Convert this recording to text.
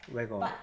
where got